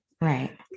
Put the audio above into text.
right